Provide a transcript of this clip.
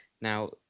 Now